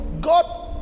God